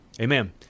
Amen